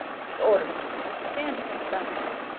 the order he keeps is scandalous, that's what,